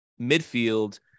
midfield